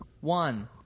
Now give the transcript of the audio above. one